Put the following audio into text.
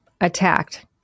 attacked